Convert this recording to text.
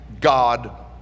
God